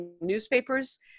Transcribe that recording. newspapers